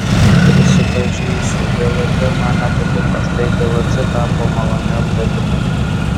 prisipažinsiu glk man nepatiko o štai glc tapo maloniu atradimu